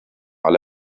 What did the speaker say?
alle